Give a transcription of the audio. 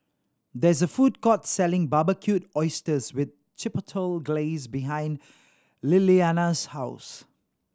there is a food court selling Barbecued Oysters with Chipotle Glaze behind Lilianna's house